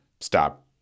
stop